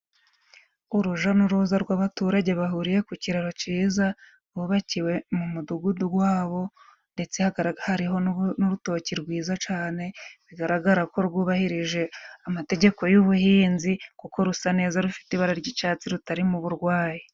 Uruja n'uruza rw'abaturage bahuriye ku kiraro ciza bubakiwe mu mudugudu wabo, ndetse hari n'urutoki rwiza cane bigaragara ko rwubahirije amategeko y'ubuhinzi kuko rusa neza, rufite ibara ry'icatsi rutarimo uburwayi.